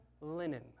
linen